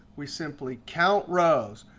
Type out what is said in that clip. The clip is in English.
we simply count rows.